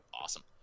awesome